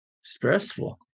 stressful